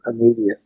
immediate